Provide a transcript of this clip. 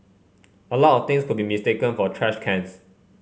a lot of things could be mistaken for trash cans